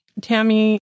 Tammy